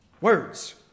words